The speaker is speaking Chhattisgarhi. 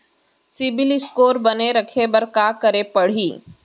सिबील स्कोर बने रखे बर का करे पड़ही?